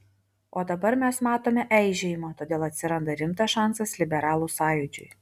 o dabar mes matome eižėjimą todėl atsiranda rimtas šansas liberalų sąjūdžiui